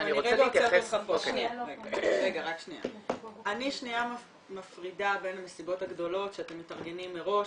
אני שניה מפרידה בין המסיבות הגדולות שאתם מתארגנים מראש,